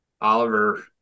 Oliver